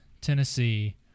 tennessee